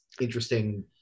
interesting